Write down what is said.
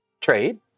trade